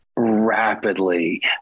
rapidly